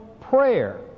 prayer